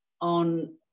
on